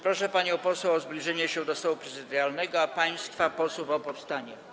Proszę panią poseł o zbliżenie się do stołu prezydialnego, a państwa posłów - o powstanie.